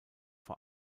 vor